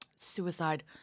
suicide